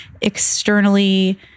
externally